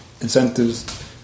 incentives